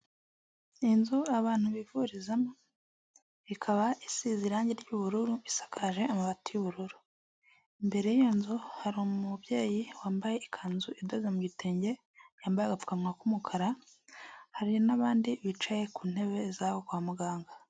Inzu abantu bivurizamo ikaba isize irangi ry'ubururu, isakaje amabati y'ubururu, imbere y'iyoo nzu hari umubyeyi wambaye ikanzu idoze mu gitenge, yambaye agapfukanwa k'umukara, hari n'abandi bicaye ku ntebe zo kwa muganga.